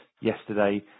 yesterday